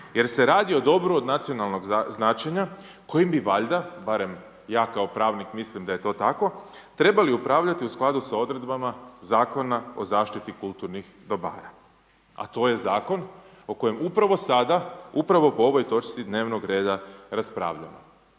jer se radi o dobru od nacionalnog značenja kojim bi valjda, barem ja kao pravnik mislim da je to tako, trebali upravljati u skladu sa odredbama Zakona o zaštiti kulturnih dobara a to je zakon o kojem upravo sada, upravo po ovoj točci dnevnog reda raspravljamo.